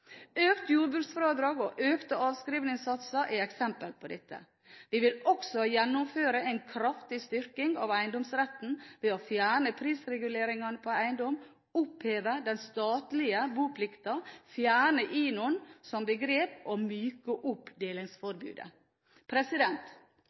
Økt jordbruksfradrag og økte avskrivningssatser er eksempler på dette. Vi vil også gjennomføre en kraftig styrking av eiendomsretten ved å fjerne prisreguleringene på eiendom, oppheve «den statlige» boplikten, fjerne INON som begrep og